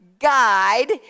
guide